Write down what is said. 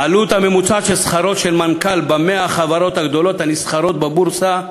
העלות הממוצעת של שכרו של מנכ"ל ב-100 החברות הגדולות הנשכרות בבורסה,